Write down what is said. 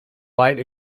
light